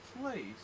place